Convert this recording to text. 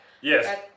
Yes